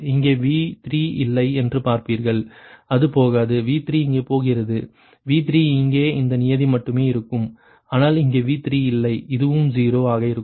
இங்கே V3 இல்லை என்று பார்ப்பீர்கள் அது போகாது V3 இங்கே போகிறது V3 இங்கே இந்த நியதி மட்டுமே இருக்கும் ஆனால் இங்கே V3 இல்லை இதுவும் 0 ஆக இருக்கும்